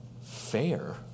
Fair